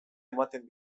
ematen